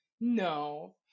no